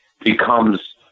becomes